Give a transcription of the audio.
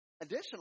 Additionally